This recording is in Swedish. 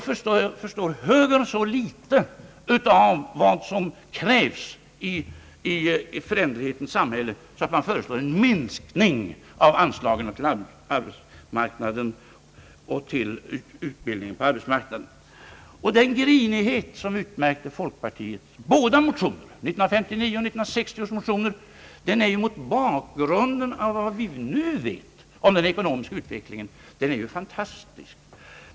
Förstår högern så litet av vad som krävs i föränderlighetens samhälle att man föreslår en minskning av anslagen till arbetsmarknadspolitiken och till utbildningen på arbetsmarknaden. Den grinighet som utmärkte folkpartiets båda motioner — 1959 och 1960 års motioner — är ju fantastisk mot bakgrunden av vad vi nu vet om den ekonomiska utvecklingen.